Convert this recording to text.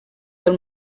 del